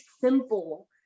simple